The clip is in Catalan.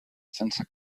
sense